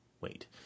wait